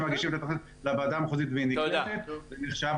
אני רוצה